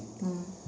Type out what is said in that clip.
mm